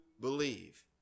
believe